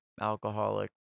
alcoholic